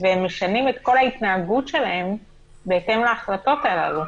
והם משנים את כל ההתנהגות שלהם בהתאם להחלטות הללו.